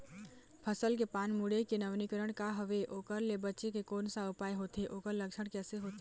फसल के पान मुड़े के नवीनीकरण का हवे ओकर ले बचे के कोन सा उपाय होथे ओकर लक्षण कैसे होथे?